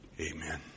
Amen